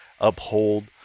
uphold